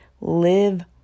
live